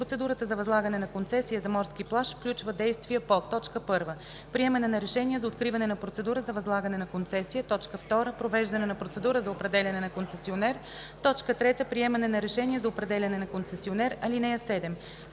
Процедурата за възлагане на концесия за морски плаж включва действия по: 1. приемане на решение за откриване на процедура за възлагане на концесия; 2. провеждане на процедура за определяне на концесионер; 3. приемане на решение за определяне на концесионер. (7)